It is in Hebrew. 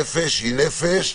נפש היא נפש,